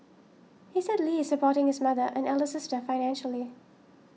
he said Lee is supporting his mother and elder sister financially